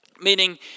Meaning